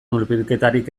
hurbilketarik